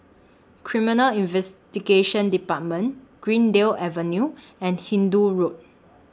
Criminal Investigation department Greendale Avenue and Hindoo Road